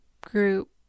group